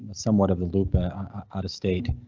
somewhat of the loop out of state.